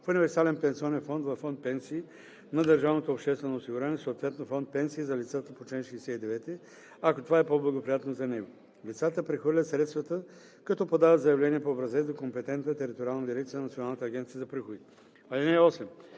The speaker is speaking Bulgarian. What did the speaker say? в универсален пенсионен фонд във фонд „Пенсии“ на ДОО, съответно фонд „Пенсии за лицата по чл. 69“, ако това е по-благоприятно за него. Лицата прехвърлят средствата, като подават заявление по образец до компетентната териториална дирекция на Националната агенция за приходите.